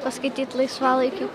paskaityt laisvalaikiu